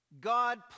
...God